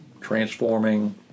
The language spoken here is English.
transforming